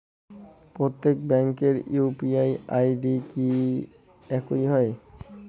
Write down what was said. প্রত্যেক ব্যাংকের UPI ID কি একই হয়?